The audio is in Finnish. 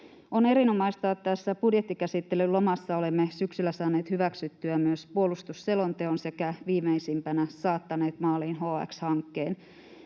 On erinomaista, että tässä budjettikäsittelyn lomassa olemme syksyllä saaneet hyväksyttyä myös puolustusselonteon sekä viimeisimpänä saattaneet maaliin HX-hankkeen,